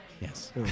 Yes